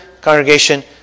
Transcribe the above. congregation